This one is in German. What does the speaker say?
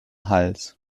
hals